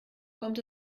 kommt